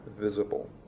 visible